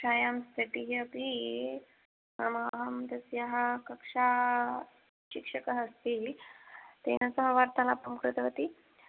छायां प्रति अपि आम् अहं तस्याः कक्षाशिक्षकः अस्ति तेन सह वार्तालापं कृतवती